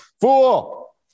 fool